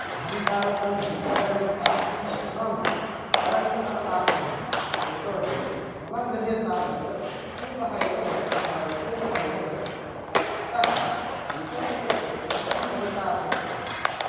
अहं तावत् नलिकाजलं प्राप्तुं शक्नोमि परन्तु न प्राप्नोमि यतोहि मम गृहे तावत् कूपः एव वर् कूपः एव वर्तते अतः कूपस्य सत्वे किमर्थं नलिका अपेक्षिता